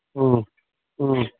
ꯎꯝ ꯎꯝ